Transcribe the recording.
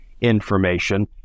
information